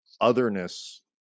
otherness